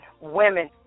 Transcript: women